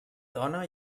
dona